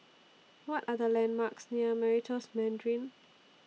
What Are The landmarks near Meritus Mandarin